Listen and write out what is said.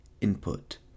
input